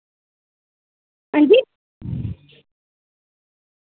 हांजी